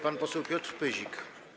Pan poseł Piotr Pyzik.